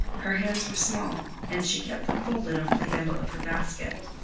her hands were small, and she kept them folded over the handle of her basket.